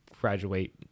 graduate